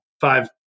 five